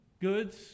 goods